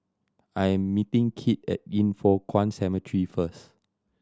I am meeting Kit at Yin Foh Kuan Cemetery first